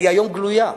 היא היום גלויה,